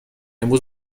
امروز